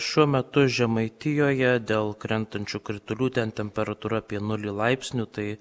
šiuo metu žemaitijoje dėl krentančių kritulių ten temperatūra apie nulį laipsnių tai